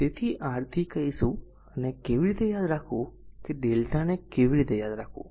તેથી r થી કહીશું આને કેવી રીતે યાદ રાખવું કે lrmΔને કેવી રીતે યાદ રાખવું